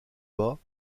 bas